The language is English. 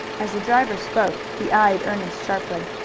as the driver spoke he eyed ernest sharply.